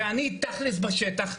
ואני תכל'ס בשטח,